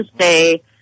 say